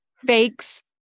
fakes